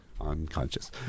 Unconscious